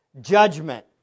judgment